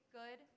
good